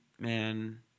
man